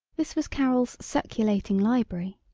this was carol's circulating library.